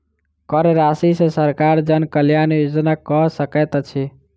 कर राशि सॅ सरकार जन कल्याण योजना कअ सकैत अछि